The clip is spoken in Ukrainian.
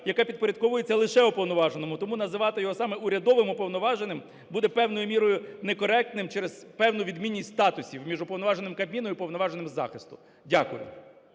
яка підпорядковується лише уповноваженому. Тому називати його саме урядовим уповноваженим буде певною мірою некоректним через певну відмінність статусів між Уповноваженим Кабміну і Уповноваженим із захисту.